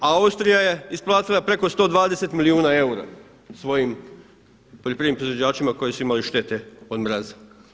Austrija je isplatila preko 120 milijuna eura svojim poljoprivrednim proizvođačima koji su imali štete od mraza.